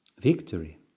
Victory